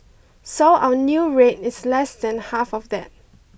so our new rate is less than half of that